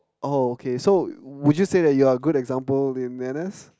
oh okay so would you say that you are a good example in N_S